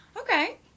okay